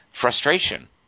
frustration